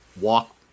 walk